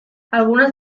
algunas